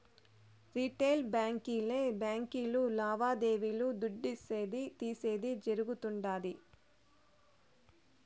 retail బాంకీలే బాంకీలు లావాదేవీలు దుడ్డిసేది, తీసేది జరగుతుండాది